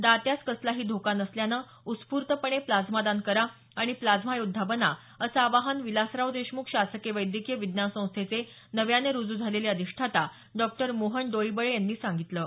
दात्यास कसलाही धोका नसल्यानं उत्स्फुर्तपणे प्लाझ्मा दान करा आणि प्लाझ्मा योद्धा बना असं आवाहन विलासराव देशमुख शासकीय वैद्यकीय विज्ञान संस्थेचे नव्याने रुजू झालेले अधिष्ठाता डॉक्टर मोहन डोईबळे यांनी केलं आहे